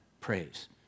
praise